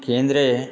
केन्द्रे